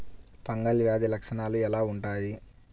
Fungal వ్యాధి లక్షనాలు ఎలా వుంటాయి?